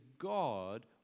God